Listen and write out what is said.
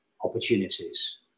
opportunities